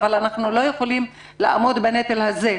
אבל אנחנו לא יכולים לעמוד בנטל הזה.